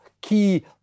key